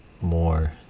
more